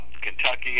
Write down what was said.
Kentucky